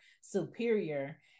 superior